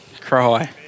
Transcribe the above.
Cry